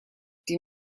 die